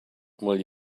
will